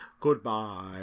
Goodbye